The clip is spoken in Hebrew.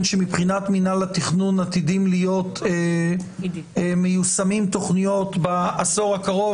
שמבחינת מינהל התכנון עתידות להיות מיושמות תוכניות בעשור הקרוב,